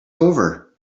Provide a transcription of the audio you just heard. over